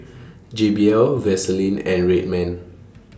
J B L Vaseline and Red Man